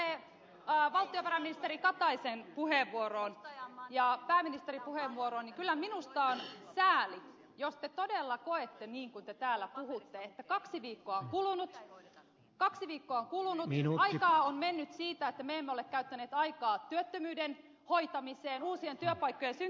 mitä tulee valtiovarainministeri kataisen puheenvuoroon ja pääministerin puheenvuoroon niin kyllä minusta on sääli jos te todella koette niin kuin te täällä puhutte että kaksi viikkoa on kulunut aikaa mennyt siitä että me emme ole käyttäneet aikaa työttömyyden hoitamiseen uusien työpaikkojen syntymiseen